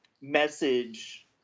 message